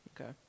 Okay